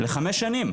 לחמש שנים,